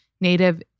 native